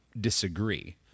disagree